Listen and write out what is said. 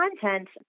content